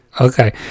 Okay